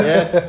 Yes